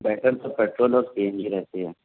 بہتر تو پیٹرول اور سی این جی رہتی ہے